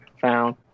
Found